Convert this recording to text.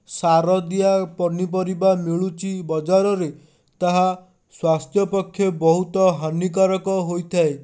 ସାରଦିଆ ପନିପରିବା ମିଳୁଛି ବଜାରରେ ତାହା ସ୍ୱାସ୍ଥ୍ୟପକ୍ଷେ ବହୁତ ହାନିକାରକ ହୋଇଥାଏ